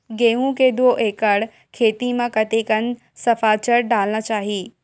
गेहूं के दू एकड़ खेती म कतेकन सफाचट डालना चाहि?